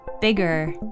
bigger